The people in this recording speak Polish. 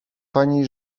pani